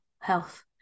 health